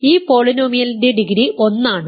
ഈ പോളിനോമിയലിന്റെ ഡിഗ്രി 1 ആണ്